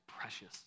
precious